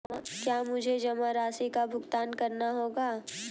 क्या मुझे जमा राशि का भुगतान करना होगा?